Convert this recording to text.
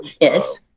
Yes